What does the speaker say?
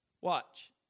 watch